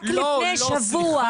רק לפני שבוע --- לא,